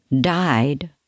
died